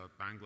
Bangladesh